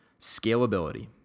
Scalability